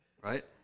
Right